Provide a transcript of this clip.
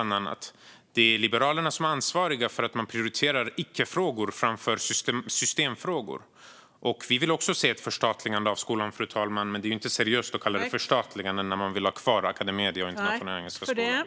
Det är Liberalerna som är ansvariga för att icke-frågor prioriteras framför systemfrågor. Vi vill också se ett förstatligande av skolan, fru talman, men det är inte seriöst att kalla det förstatligande när man vill ha kvar Academedia och Internationella Engelska Skolan.